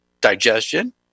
digestion